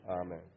Amen